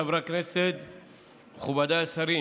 ליישום המדיניות הכלכלית לשנות התקציב 2021 2022),